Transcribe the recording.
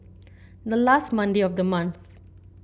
the last Monday of the month